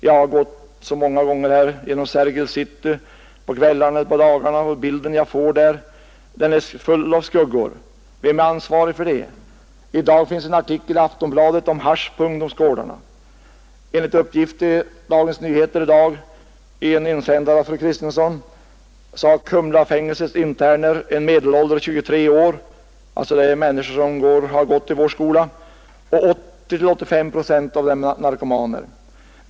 Jag har gått många gånger genom Sergels city på kvällarna och på dagarna och den bild jag där får är full av skuggor. Vem är ansvarig för det? I dag finns en artikel i Aftonbladet om hasch på ungdomsgårdarna. Enligt uppgift i Dagens Nyheter i dag i en insändare av Fru Kristensson har Kumlafängelsets interner en medelålder av 23 år. Det gäller här människor som har gått i vår skola, och 80—85 procent av dem är narkomaner.